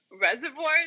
reservoirs